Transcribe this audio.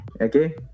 Okay